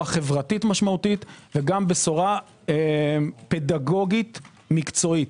חברתית משמעותית וגם בשורה פדגוגית מקצועית.